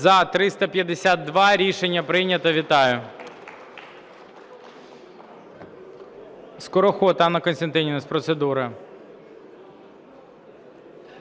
За-352 Рішення прийнято. Вітаю!